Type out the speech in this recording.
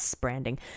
branding